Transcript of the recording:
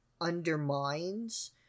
undermines